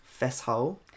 Fesshole